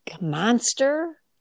monster